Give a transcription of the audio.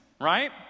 right